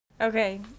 okay